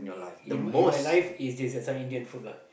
in in my life is this uh this one Indian food lah